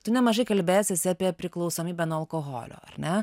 tu nemažai kalbėjęs esi apie priklausomybę nuo alkoholio ar ne